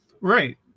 Right